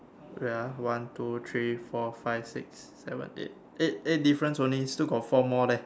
wait ah one two three four five six seven eight eight difference only still got four more leh